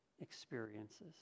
experiences